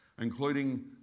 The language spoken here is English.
including